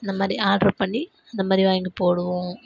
இந்தமாதிரி ஆர்டர் பண்ணி அதை மாதிரி வாங்கி போடுவோம்